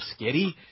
Skitty